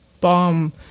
bomb